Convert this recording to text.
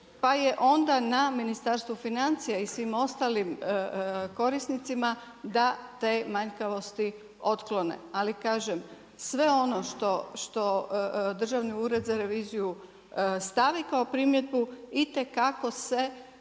pa je onda na Ministarstvu financija i svim ostalim korisnicima da te manjkavosti otklone. Ali kažem, sve ono što Državni ured za reviziju stavi kao primjedbu itekako se